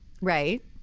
right